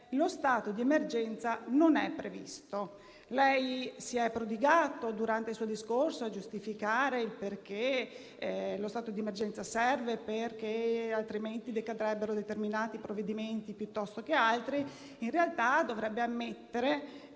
lo stato di emergenza non è previsto. Lei si è prodigato durante il suo discorso a giustificare lo stato di emergenza, perché altrimenti decadrebbero determinati provvedimenti piuttosto che altri, ma in realtà dovrebbe ammettere